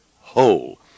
whole